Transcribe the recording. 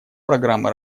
программы